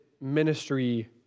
ministry